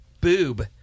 boob